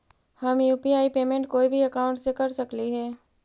हम UPI payment कोई भी अकाउंट से कर सकली हे?